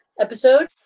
episode